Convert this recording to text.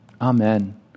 Amen